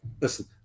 listen